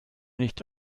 nicht